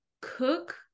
cook